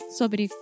sobre